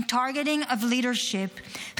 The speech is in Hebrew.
and targeting of leadership,